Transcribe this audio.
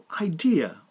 idea